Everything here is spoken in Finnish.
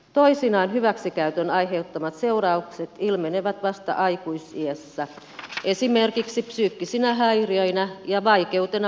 toisinaan hyväksikäytön aiheuttamat seuraukset ilmenevät vasta aikuisiässä esimerkiksi psyykkisinä häiriöinä ja vaikeutena muodostaa ihmissuhteita